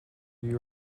you